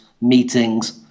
meetings